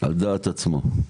על דעת עצמו.